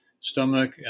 Stomach